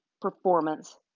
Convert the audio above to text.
performance